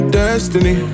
destiny